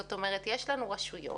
זאת אומרת, יש לנו רשויות,